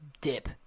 dip